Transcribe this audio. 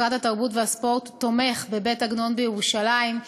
משרד התרבות והספורט תומך בבית-עגנון בירושלים,